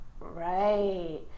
right